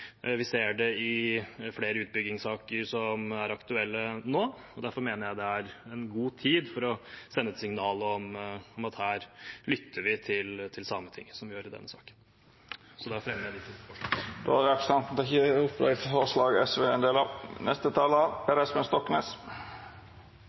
Vi ser det i flere utbyggingssaker som er aktuelle nå, og derfor mener jeg dette er en god tid for å sende et signal om at her lytter vi til Sametinget, som vi gjør i denne saken. Da fremmer jeg de to forslagene. Representanten